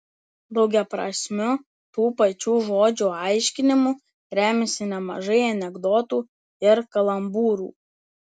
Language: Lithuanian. daugiaprasmiu tų pačių žodžių aiškinimu remiasi nemažai anekdotų ir kalambūrų